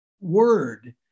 word